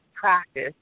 practice